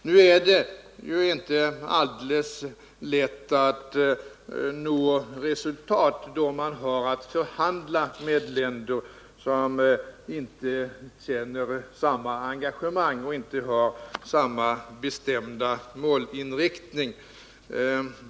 Nu är det inte så lätt att nå resultat, då man har att förhandla med länder som inte känner samma engagemang och inte har samma bestämda målinriktning.